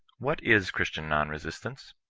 what is christian kon-resistance?